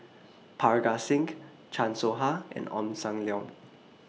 Parga Singh Chan Soh Ha and Ong SAM Leong